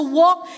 walk